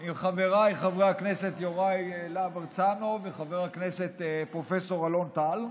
עם חבריי חברי הכנסת יוראי להב הרצנו וחבר הכנסת פרופ' אלון טל,